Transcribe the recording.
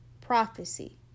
Prophecy